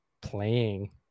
playing